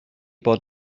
bod